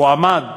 והוא עמד.